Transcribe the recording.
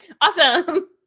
Awesome